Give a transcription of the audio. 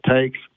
takes